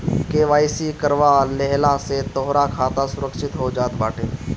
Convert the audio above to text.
KYC करवा लेहला से तोहार खाता सुरक्षित हो जात बाटे